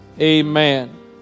Amen